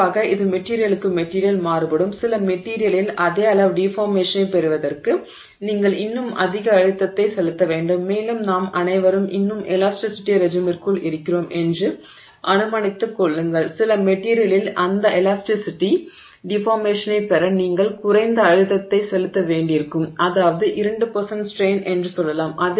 தெளிவாக இது மெட்டிரியலுக்கு மெட்டிரியல் மாறுபடும் சில மெட்டிரியலில் அதே அளவு டிஃபார்மேஷனைப் பெறுவதற்கு நீங்கள் இன்னும் அதிக அழுத்தத்தை செலுத்த வேண்டும் மேலும் நாம் அனைவரும் இன்னும் எலாஸ்டிஸிட்டி ரெஜிமிற்குள் இருக்கிறோம் என்று அனுமானித்துக் கொள்ளுங்கள் சில மெட்டிரியலில் அந்த எலாஸ்டிஸிட்டி டிஃபார்மேஷனைப் பெற நீங்கள் குறைந்த அழுத்தத்தைச் செலுத்த வேண்டியிருக்கும் அதாவது 2 ஸ்ட்ரெய்ன் என்று சொல்லலாம்